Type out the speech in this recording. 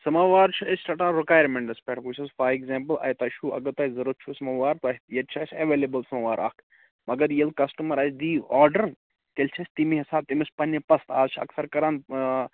سَماوار چھِ أسۍ رَٹان رُکایَرمیٚنٛٹَس پیٚٹھ وُچھ حظ فار ایٚکزامپٕل اے تۅہہِ چھُو اگر تۅہہِ ضروٗرت چھُ سَماوار تۅہہِ ییٚتہِ چھِ اسہِ ایٚویلیبٕل سماوار اَکھ مگر ییٚلہِ کَسٹمر اسہِ دیی آرڈَر تیٚلہِ چھِ أسۍ تَمی حِساب تٔمِس پَننہِ پَسنٛد اَز چھِ اَکثَر کَران اۭں